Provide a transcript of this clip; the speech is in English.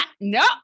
no